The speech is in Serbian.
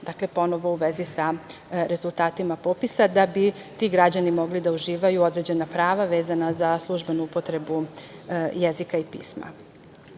su ponovo u vezi sa rezultatima popisa da bi ti građani mogli da uživaju određena prava vezana za službenu upotrebu jezika i